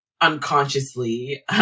unconsciously